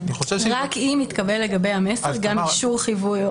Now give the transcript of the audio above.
רק אם התקבל לגבי המסר גם אישור ליווי.